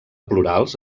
plurals